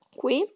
qui